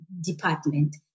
department